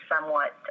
somewhat